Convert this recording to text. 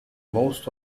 most